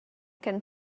can